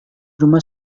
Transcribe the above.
rumah